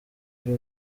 byo